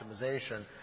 optimization